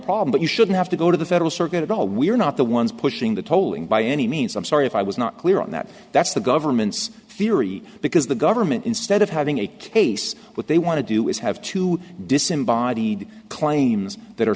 problem but you shouldn't have to go to the federal circuit at all we are not the ones pushing the tolling by any means i'm sorry if i was not clear on that that's the government's theory because the government instead of having a case what they want to do is have to disinvite the claims that are